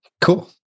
Cool